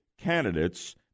candidates